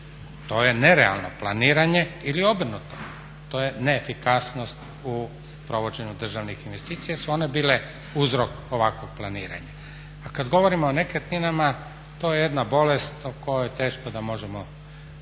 to je nerealno planiranje ili obrnuto, to je neefikasnost u provođenju državnih investicija jer su one bile uzrok ovakvog planiranja. A kad govorimo o nekretninama to je jedna bolest o kojoj teško da možemo naći